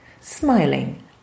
smiling